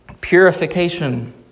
purification